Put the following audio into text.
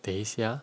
等一下